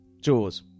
Jaws